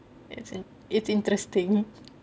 it's in~ it's interesting